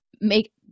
make